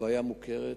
הבעיה מוכרת,